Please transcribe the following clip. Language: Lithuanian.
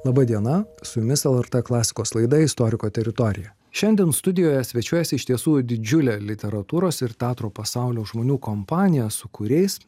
laba diena su jumis lrt klasikos laida istoriko teritorija šiandien studijoje svečiuojasi iš tiesų didžiulė literatūros ir teatro pasaulio žmonių kompanija su kuriais